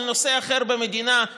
של נושא אחר במדינה,